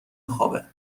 خوابه